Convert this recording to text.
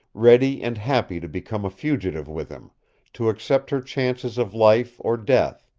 ready and happy to become a fugitive with him to accept her chances of life or death,